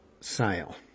sale